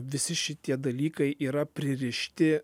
visi šitie dalykai yra pririšti